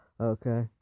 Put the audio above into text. Okay